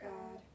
God